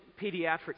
pediatric